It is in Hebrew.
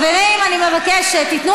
סליחה, אני מבקשת, חברים.